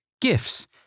Gifts